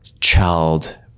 child